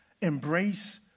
Embrace